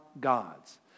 God's